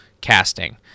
casting